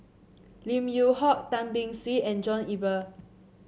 Lim Yew Hock Tan Beng Swee and John Eber